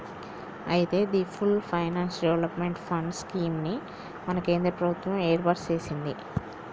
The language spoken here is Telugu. అయితే the full finance development fund scheme ని మన కేంద్ర ప్రభుత్వం ఏర్పాటు సెసింది